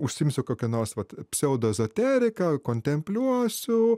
užsiimsiu kokia nors vat pseudoezoterika kontempliuosiu